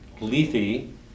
Lethe